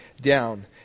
down